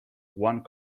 one